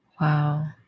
Wow